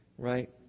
Right